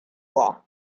law